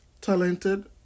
talented